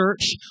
church